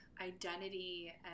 identity